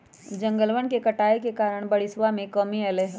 जंगलवन के कटाई के कारण बारिशवा में कमी अयलय है